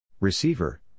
Receiver